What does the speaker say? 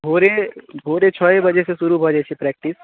भोरे छओ बजे सँ शुरू भऽ जाइ छै प्रैकटिस